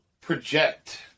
project